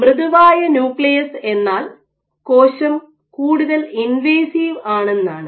മൃദുവായ ന്യൂക്ലിയസ് എന്നാൽ കോശം കൂടുതൽ ഇൻവേസിവ് ആണെന്നാണ്